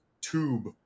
tube